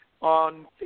On